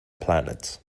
planet